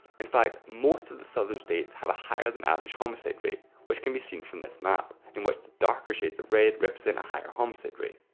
in fact, most of the southern states have a higher than average homicide rate, which can be seen from this map, in which the darker shades of red represent a higher homicide rate.